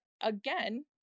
again